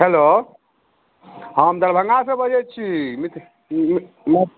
hello हम दरभङ्गासँ बजैत छी मिथी मी म